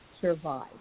survive